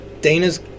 Dana's